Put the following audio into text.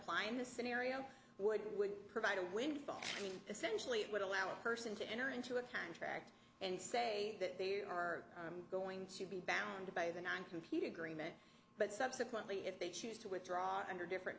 in this scenario would would provide a windfall i mean essentially it would allow a person to enter into a contract and say that they are going to be bound by the non computer agreement but subsequently if they choose to withdraw under different